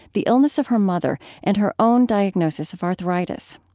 the illness of her mother, and her own diagnosis of arthritis.